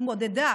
התמודדה